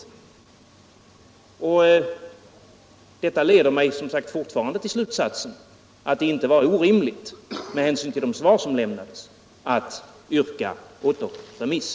Detta leder mig som sagt fortfarande till slutsatsen att det inte var orimligt, med hänsyn till de svar som lämnades, att yrka på återremiss.